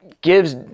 gives